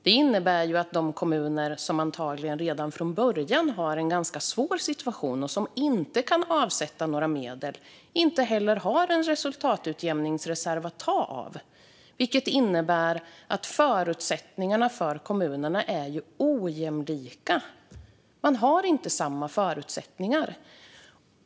Det innebär att de kommuner som antagligen redan från början har en ganska svår situation och som inte kan avsätta några medel inte heller har en resultatutjämningsreserv att ta av, vilket innebär att förutsättningarna för kommunerna är ojämlika. Man har inte samma förutsättningar.